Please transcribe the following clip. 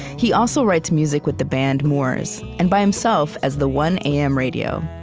he also writes music with the band, moors, and by himself as the one am radio.